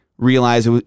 Realize